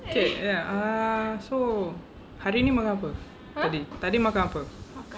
okay ah so hari ni makan apa tadi tadi makan apa